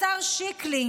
השר שיקלי,